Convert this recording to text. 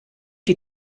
die